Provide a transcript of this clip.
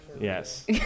yes